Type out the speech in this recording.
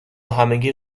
همگی